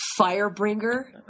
Firebringer